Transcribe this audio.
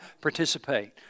participate